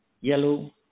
yellow